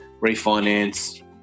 refinance